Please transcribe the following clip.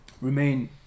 remain